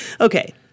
Okay